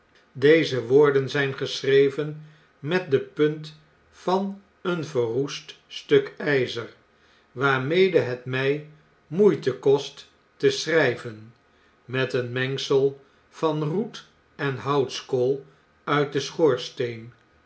deze woorden zijn geschreven met de punt van een verroest stuk jjzer waarmede het mjj moeite kost te schrjjven met een mengsel van roet en houtskool uit den schoorsteen